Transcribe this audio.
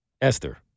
Esther